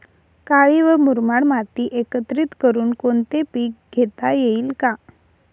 काळी व मुरमाड माती एकत्रित करुन कोणते पीक घेता येईल का?